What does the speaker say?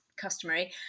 customary